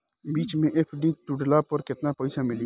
बीच मे एफ.डी तुड़ला पर केतना पईसा मिली?